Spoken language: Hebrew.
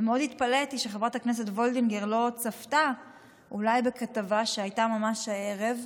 ומאוד התפלאתי שחברת הכנסת וולדיגר לא צפתה אולי בכתבה שהייתה ממש הערב,